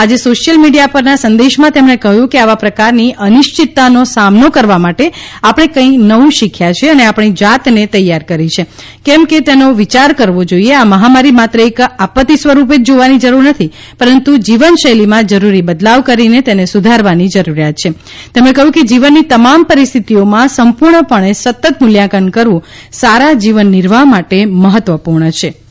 આજે social media પરના સંદેશમાં તેમણે કહ્યું છે આવા પ્રકારની અનિશ્ચિતતાનો સામનો કરવા માટે આપણે કંઇ નવું શીખ્યા છીએ અને આપણી જાતને તૈયાર કરી છે કે કેમ તેનો વિયાર કરવો જોઇએ આ મહામારી માત્ર એક આપત્તિ સ્વરૂપે જ જોવાની જરૂર નથી પરંતુ જીવનશૈલીમાં જરૂરી બદલાવ કરીને તેને સુધારવાની જરૂરીયાત છે તેમણે કહ્યું કે જીવનની તમામ પરિસ્થિતિઓમાં સંપૂર્ણપણે સતત મૂલ્યાંકન કરવું સારા જીવનનિર્વાહ માટે મહત્વપૂર્ણ છે હર્ષવર્ધન